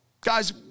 Guys